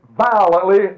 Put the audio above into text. Violently